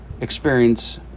experience